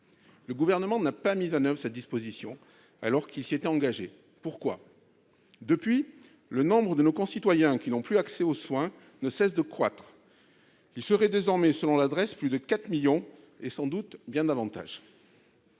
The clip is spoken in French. Le Gouvernement n'a pas mis en oeuvre cette disposition, alors qu'il s'y était engagé. Pourquoi ? Depuis, le nombre de nos concitoyens qui n'ont plus accès aux soins ne cesse de croître. Ils seraient désormais, selon la direction de la recherche, des